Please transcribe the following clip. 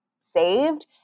saved